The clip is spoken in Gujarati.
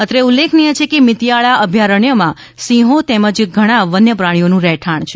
અત્રે ઉલ્લેખનીય છે કે મિતીયાળા અભયારણ્યમાં સિંહો તેમજ ઘણા વન્ય પ્રાણીઓનું રહેઠાણ છે